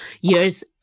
years